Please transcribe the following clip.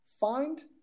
find